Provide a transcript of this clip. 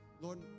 Lord